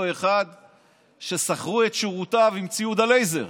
אחד ששכרו את שירותיו עם ציוד הלייזר,